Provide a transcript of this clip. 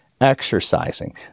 exercising